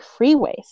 freeways